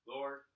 Lord